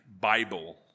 Bible